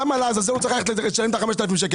למה צריך לשלם את ה-5,000 שקל?